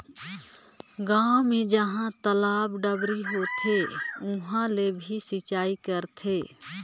गांव मे जहां तलवा, डबरी होथे उहां ले भी सिचई करथे